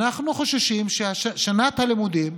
אנחנו חוששים ששנת הלימודים,